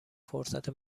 فرصت